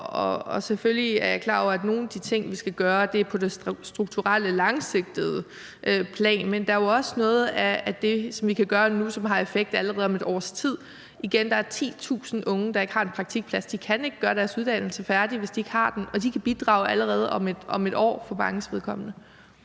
Selvfølgelig er jeg klar over, at nogle af de ting, vi skal gøre, er på det strukturelle, langsigtede plan, men der er jo også noget af det, som vi kan gøre nu, der har effekt allerede om et års tid. Igen: Der er 10.000 unge, der ikke har en praktikplads, og de kan ikke gøre deres uddannelse færdig, hvis de ikke har den, og de kan for manges vedkommende